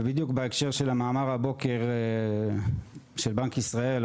ובדיוק בהקשר של המאמר הבוקר של בנק ישראל,